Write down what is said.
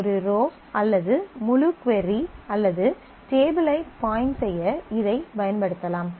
ஒரு ரோ அல்லது முழு கொரி அல்லது டேபிள் ஐ பாயிண்ட் செய்ய இதைப் பயன்படுத்தலாம்